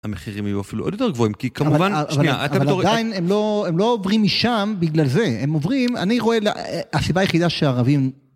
המחירים יהיו אפילו עוד יותר גבוהים, כי כמובן, שנייה, אתה בדור... אבל עדיין הם לא עוברים משם בגלל זה, הם עוברים, אני רואה, הסיבה היחידה שהערבים...